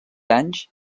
anys